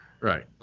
Right